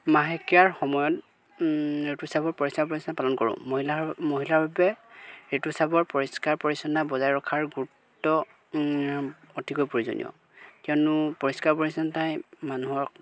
মাহেকীয়াৰ সময়ত ঋতুস্ৰাৱৰ পালন কৰোঁ মহিলাৰ মহিলাৰ বাবে ঋতুস্ৰাৱৰ পৰিষ্কাৰ পৰিচ্ছন্ন বজাই ৰখাৰ গুৰুত্ব অতিকৈ প্ৰয়োজনীয় কিয়নো পৰিষ্কাৰ পৰিচ্ছন্নতাই মানুহক